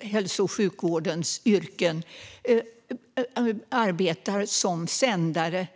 hälso och sjukvårdens yrken arbetar som sändare.